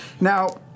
Now